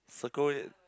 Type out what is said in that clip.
circle it